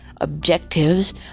objectives